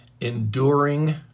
enduring